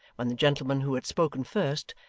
when the gentleman who had spoken first,